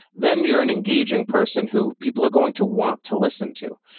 then you're an engaging person who people are going to want to listen to.